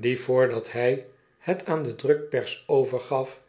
die voordat hy het aan de drukpers overgaf